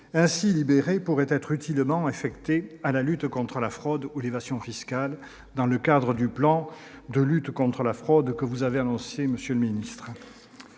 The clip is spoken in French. ainsi libérés pourraient être utilement affectés à la lutte contre la fraude ou l'évasion fiscales dans le cadre du plan de lutte contre la fraude que vous avez annoncé, monsieur le ministre.